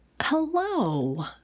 Hello